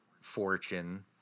fortune